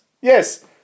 Yes